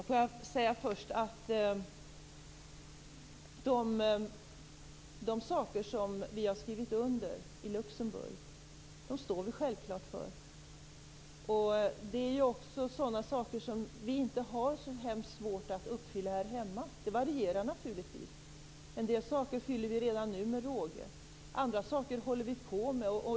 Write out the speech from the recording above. Fru talman! Vi står för de saker vi har skrivit under i Luxemburg. Det är sådana saker som vi inte har så svårt att uppfylla här hemma. Det varierar naturligtvis. En del saker fyller vi redan nu med råge. Andra saker håller vi på med.